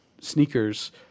sneakers